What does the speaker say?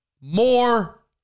more